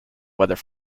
whether